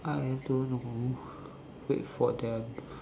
I don't know wait for them